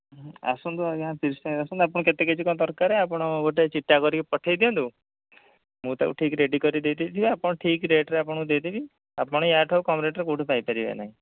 ଆସନ୍ତୁ ଆଜ୍ଞା ତିରିଶ ତାରିଖ ଆସନ୍ତୁ ଆପଣଙ୍କ କେତେ କେ ଜି କ'ଣ ଦରକାର ଆପଣ ଗୋଟେ ଚିଠା କରିକି ପଠାଇ ଦିଅନ୍ତୁ ମୁଁ ତାକୁ ଠିକ୍ ରେଡ଼ି କରିକି ଦେଇଦେବି ଆପଣଙ୍କୁ ଠିକ୍ ରେଟ୍ରେ ଆପଣଙ୍କୁ ଦେଇଦେବି ଆପଣ ୟାଠୁ ଆଉ କମ୍ ରେଟ୍ରେ କେଉଁଠୁ ଆଉ ପାଇପାରିବେ ନାହିଁ